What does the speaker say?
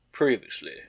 Previously